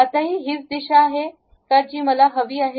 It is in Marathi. आताही हीच दिशा आहे का जी मला हवी आहे